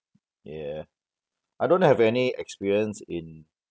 yeah I don't have any experience in